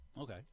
okay